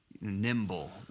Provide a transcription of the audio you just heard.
nimble